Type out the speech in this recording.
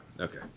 Okay